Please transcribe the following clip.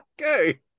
Okay